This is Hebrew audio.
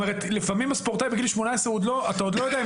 לפעמים הספורטאי בגיל 18 אתה עוד לא יודע אם